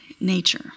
nature